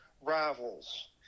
rivals